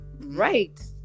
right